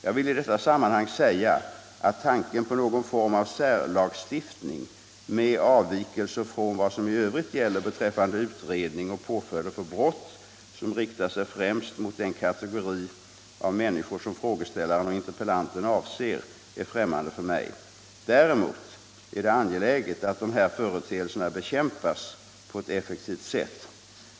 Jag vill i detta sammanhang säga att tanken på någon form av särlagstiftning, med avvikelser från vad som i övrigt gäller beträffande utredning och påföljder för brott, som riktar sig främst mot den kategori av människor som frågeställaren och interpellanten avser, är ffrämmande för mig. Däremot är det angeläget att de här företeelserna bekämpas på ett effektivt sätt.